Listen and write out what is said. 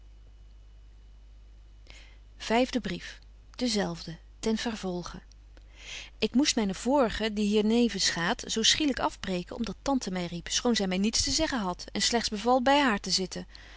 zelfde ten vervolge ik moest mynen vorigen die hier nevens gaat zo schielyk afbreken om dat tante my riep schoon zy my niets te zeggen hadt en slegts beval by haar te zitten